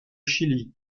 chili